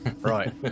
Right